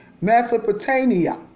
Mesopotamia